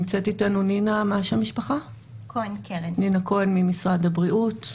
נמצאת איתנו נינא כהן ממשרד הבריאות,